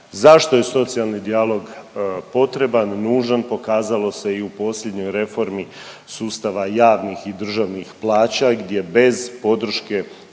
Zašto je socijalni dijalog potreban, nužan, pokazalo se i u posljednjoj reformi sustava javnih i državnih plaća gdje bez podrške